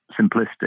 simplistic